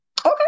Okay